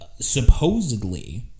supposedly